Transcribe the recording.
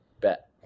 bet